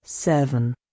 Seven